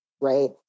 right